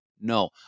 no